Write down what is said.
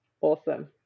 Awesome